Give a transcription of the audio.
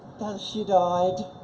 she died,